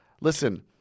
listen